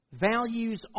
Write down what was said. Values